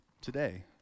today